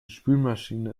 spülmaschine